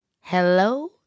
hello